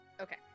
Okay